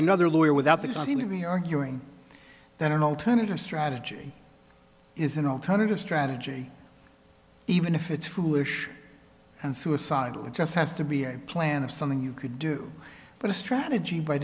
another lawyer without that seem to be arguing that an alternative strategy is an alternative strategy even if it's foolish and suicidal it just has to be a plan of something you could do but a strategy by